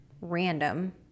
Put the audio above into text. random